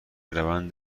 روند